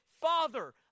Father